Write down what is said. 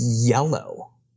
yellow